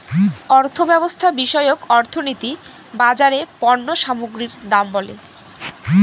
অর্থব্যবস্থা বিষয়ক অর্থনীতি বাজারে পণ্য সামগ্রীর দাম বলে